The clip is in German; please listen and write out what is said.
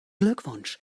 glückwunsch